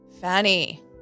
Fanny